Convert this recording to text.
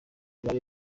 bari